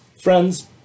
Friends